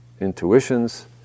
intuitions